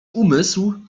umysł